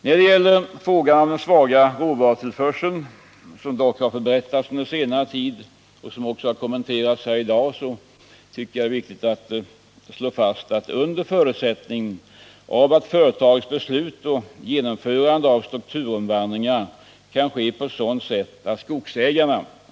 När det gäller frågan om den svaga råvarutill förbättrats under senare tid, vill jag understryka seln. som dock har ljande. Under förutsättning av att företagets beslut om genomförande av strukturförändringar kan ske på sådant sätt att skogsägarna.